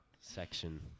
section